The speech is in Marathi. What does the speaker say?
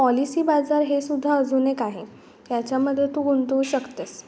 पॉलिसी बाजार हे सुद्धा अजून एक आहे याच्यामध्ये तू गुंतवू शकतेस